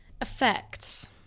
effects